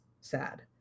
sad